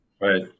right